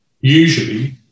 Usually